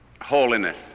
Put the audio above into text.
holiness